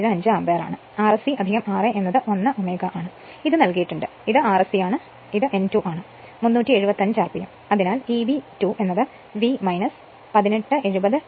75 ampere ആണ് Rse ra എന്നത് 1 Ω ആണ് ഇത് നൽകിയിരിക്കുന്നു ഇത് Rse ആണ് ഇത് n2 ആണ് 375 rpm അതിനാൽ Eb 2 V 18 70